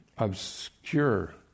obscure